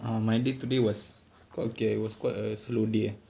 err my day today was okay it was quite a slow day uh